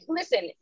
listen